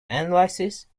analysis